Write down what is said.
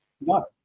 no